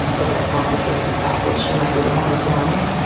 but that complicates the fact that she might be the one with the money.